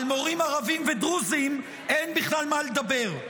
על מורים ערבים ודרוזים אין בכלל מה לדבר.